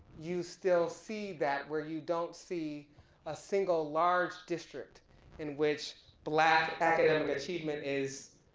you still see that where you don't see a single large district in which black academic achievement is